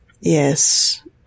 yes